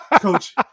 coach